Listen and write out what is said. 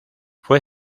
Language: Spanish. fue